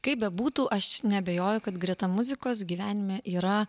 kaip bebūtų aš neabejoju kad greta muzikos gyvenime yra